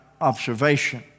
observation